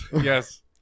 Yes